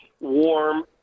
warm